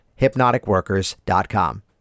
hypnoticworkers.com